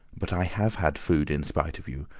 but i have had food in spite of you,